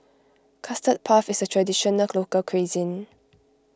Custard Puff is a Traditional Local Cuisine